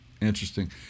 Interesting